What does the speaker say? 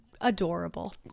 adorable